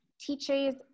teaches